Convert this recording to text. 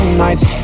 nights